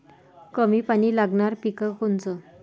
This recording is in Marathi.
कमी पानी लागनारं पिक कोनचं?